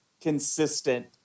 consistent